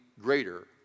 greater